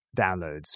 downloads